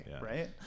right